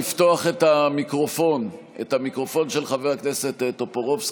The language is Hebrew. לפתוח את המיקרופון של חבר הכנסת טופורובסקי,